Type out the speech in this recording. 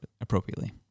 appropriately